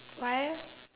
why eh